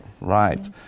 Right